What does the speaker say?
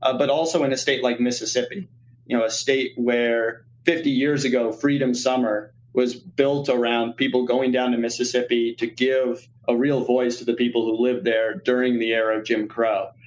ah but also in a state like mississippi, you know, a state fifty years ago freedom summer was built around people going down to mississippi to give a real voice to the people who live there during the era of jim crow.